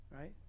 Right